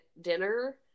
dinner